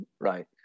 right